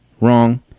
Wrong